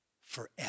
forever